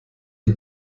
die